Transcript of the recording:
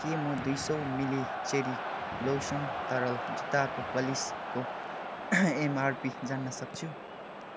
के म दुई सौ मिली चेरी ब्लोसम तरल जुत्ताको पालिसको एमआरपी जान्नसक्छु